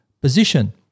position